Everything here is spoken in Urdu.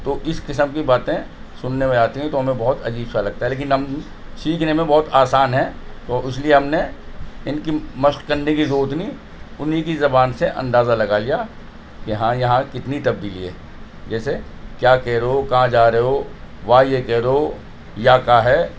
تو اس قسم کی باتیں سننے میں آتی ہیں تو ہمیں بہت عجیب سا لگتا ہے لیکن ہم سیکھنے میں بہت آسان ہے تو اس لیے ہم نے ان کی مشق کرنے کی ضرورت نہیں انہیں کی زبان سے اندازہ لگا لیا کہ ہاں یہاں کتنی تبدیلی ہے جیسے کیا کہہ رہو کہاں جارہو وا یہ کہہ رہو یا کا ہے